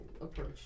approach